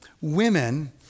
women